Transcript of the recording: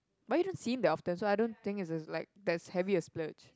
but you don't see him that often so I don't think it's like there's habit a splurge